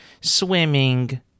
swimming